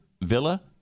Villa